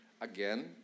Again